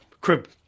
Crib